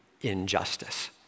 injustice